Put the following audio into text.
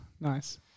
nice